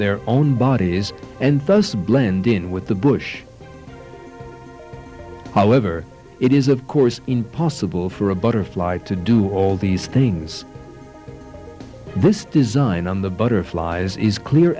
their own bodies and blend in with the bush however it is of course impossible for a butterfly to do all these things this design on the butterflies is clear